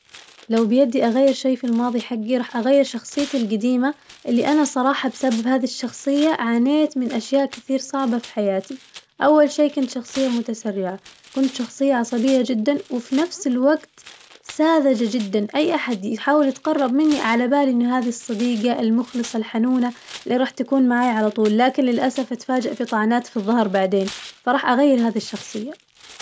لو بيدي أغير شي في الماضي حقي راح أغير شخصيتي القديمة اللي أنا الصراحة بسبب هذي الشخصية عانيت من أشياء كثير صعبة في حياتي، أول شي كنت شخصية متسرعة كنت شخصية عصبية جداً وفي نفس الوقت ساذجة جداً، أي أحد يحاول يتقرب مني على بالي هذي الصديقة المخلصة الحنونة اللي راح تكون معايا على طول، لكن للأسف أتفاجأ في طنعات في الظهر بعدين، فراح أغير هذي الشخصية.